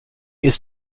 ist